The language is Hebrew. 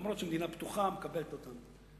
אף-על-פי שהמדינה פתוחה ומקבלת אותם.